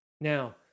Now